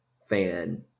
fan